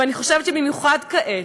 ואני חושבת שבמיוחד כעת,